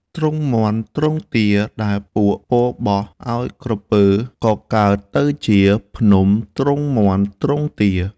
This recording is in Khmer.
ទ្រុងមាន់ ទ្រុងទា ដែលពួកពលបោះឲ្យក្រពើ ក៏កើតទៅជា ភ្នំទ្រុងមាន់ ទ្រុងទា។